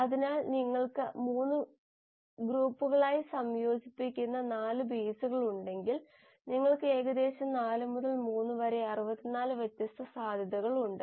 അതിനാൽ നിങ്ങൾക്ക് 3 ഗ്രൂപ്പുകളായി സംയോജിപ്പിക്കുന്ന 4 ബേസുകൾ ഉണ്ടെങ്കിൽ നിങ്ങൾക്ക് ഏകദേശം 4 മുതൽ 3 വരെ 64 വ്യത്യസ്ത സാധ്യതകൾ ഉണ്ട്